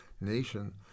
nation